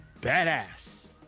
Badass